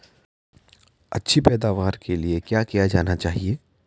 अच्छी पैदावार के लिए क्या किया जाना चाहिए?